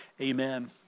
amen